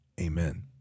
amen